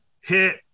hit